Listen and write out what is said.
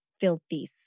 filthy